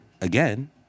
again